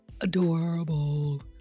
adorable